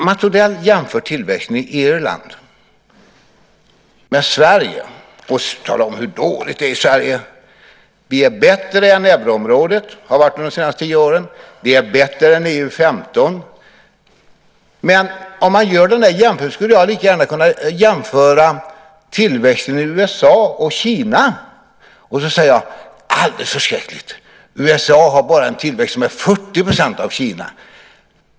Mats Odell jämför tillväxten i Irland med tillväxten i Sverige, och sedan talar han om hur dåligt det är i Sverige. Vi har under de senaste tio åren varit bättre än euroområdet. Vi är bättre än EU 15. Jag skulle lika gärna kunna jämföra tillväxten i USA och Kina och säga: Det är alldeles förskräckligt. USA har bara en tillväxt som är 40 % av Kinas.